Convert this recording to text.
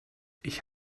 ich